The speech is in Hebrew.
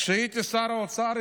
כשהייתי שר האוצר,